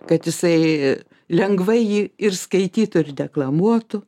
kad jisai lengvai jį ir skaitytų ir deklamuotų